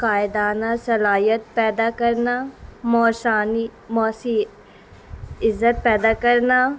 قائدانہ صلاحیت پیدا کرنا موشانی موسی عزت پیدا کرنا